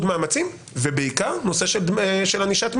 מאמצים ובעיקר נושא של ענישת מינימום.